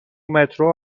مترو